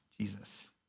Jesus